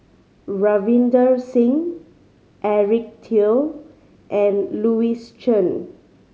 Ravinder Singh Eric Teo and Louis Chen